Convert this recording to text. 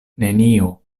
neniu